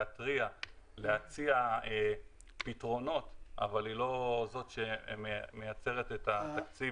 להתריע ולהציע פתרונות אבל היא לא זאת שמייצרת את התקציב